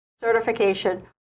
certification